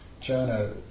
Jonah